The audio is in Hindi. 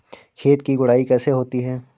खेत की गुड़ाई कैसे होती हैं?